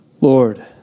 Lord